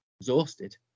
Exhausted